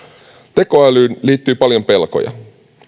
tekoälyyn liittyy paljon pelkoja